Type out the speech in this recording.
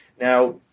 Now